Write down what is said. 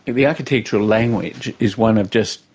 the architectural language is one of just,